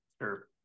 Sure